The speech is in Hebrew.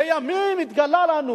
לימים, נתגלה לנו